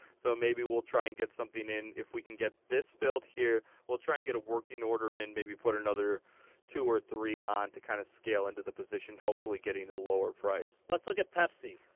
so maybe we'll try and get something in if we can get this filled here, we'll try and get a working order in, maybe put another two or three on to kind of scale into the position, hopefully getting a lower price. let's look at pepsi.